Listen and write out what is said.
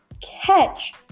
catch